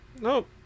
Nope